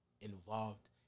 involved